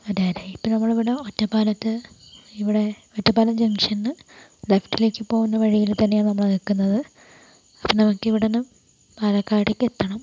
ആ ചേട്ടാ ഇപ്പോൾ നമ്മള് ഒറ്റപ്പാലത്ത് ഇവിടെ ഒറ്റപ്പാലം ജംഗ്ഷനില് ലെഫ്റ്റിലേക്ക് പോകുന്ന വഴില് തന്നെ ആണ് നമ്മള് നിക്കുന്നത് അപ്പോൾ നമുക്ക് ഇവിടുന്നു പാലക്കാടേക്ക് എത്തണം